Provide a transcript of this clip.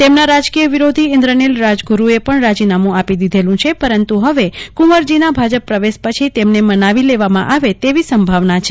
તેમના રાજકીય વિરોધી ઈન્દ્રનિલ રાજગુરૂએ પણ રાજીનામું આપી દીધેલું છે પરંતુ હવે કુંવરજીના ભાજપ પ્રવેશ પછી તેમને મનાવી લેવામાં આવે તેવી સંભાવના છે